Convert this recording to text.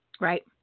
right